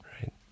Right